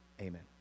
amen